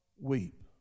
weep